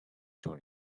tour